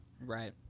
Right